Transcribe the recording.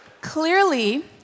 Clearly